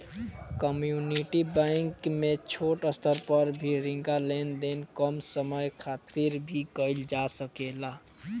community bank में छोट स्तर पर भी रिंका लेन देन कम समय खातिर भी कईल जा सकेला